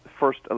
First